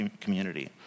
community